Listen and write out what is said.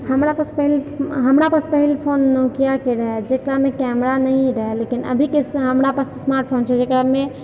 हमरा पास पहिले हमरा पास पहिले फोन नोकिआके रहऽ जेकरामे कैमरा नही रहए लेकिन अभीके समय हमरा पास स्मार्ट फोन छै जेकरामे